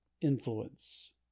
influence